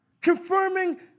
Confirming